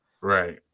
Right